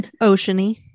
ocean-y